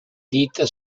dita